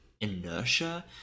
inertia